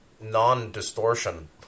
non-distortion